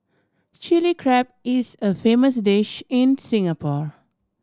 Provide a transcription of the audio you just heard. Chilli Crab is a famous dish in Singapore